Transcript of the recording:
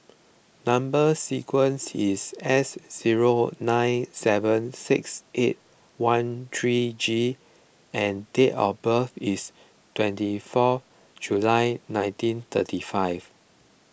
Number Sequence is S zero nine seven six eight one three G and date of birth is twenty four July nineteen thirty five